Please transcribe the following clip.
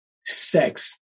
Sex